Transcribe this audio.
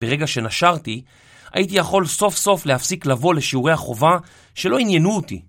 ברגע שנשרתי, הייתי יכול סוף סוף להפסיק לבוא לשיעורי החובה שלא עניינו אותי.